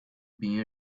being